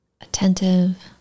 attentive